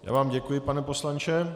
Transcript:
Já vám děkuji, pane poslanče.